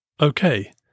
okay